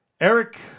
Eric